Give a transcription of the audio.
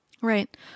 right